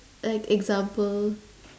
like example